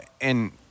and-